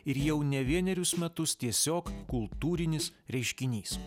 ir jau ne vienerius metus tiesiog kultūrinis reiškinys